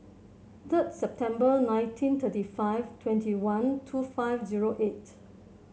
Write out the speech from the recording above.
third September nineteen thirty five twenty one two five zero eight